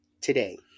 today